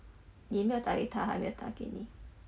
你有没有打给她她没有打给你